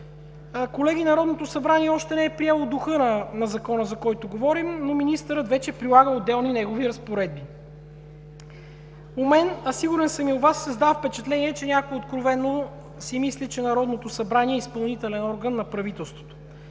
Колеги, Народното събрание още не е приело духа на Закона, за който говорим, но министърът вече прилага отделни негови разпоредби. У мен, а сигурен съм и у Вас, се създава впечатление, че някой откровено си мисли, че Народното събрание е изпълнителен орган на правителството.